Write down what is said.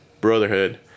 brotherhood